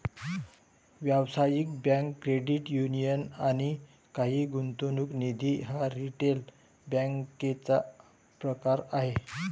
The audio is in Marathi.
व्यावसायिक बँक, क्रेडिट युनियन आणि काही गुंतवणूक निधी हा रिटेल बँकेचा प्रकार आहे